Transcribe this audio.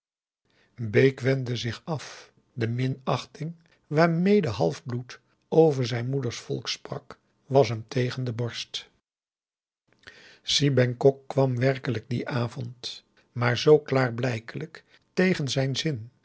bake wendde zich af de minachting waarmee de half bloed over zijn moeders volk sprak was hem tegen de borst si bengkok kwam werkelijk dien avond maar zoo klaarblijkelijk tegen zijn zin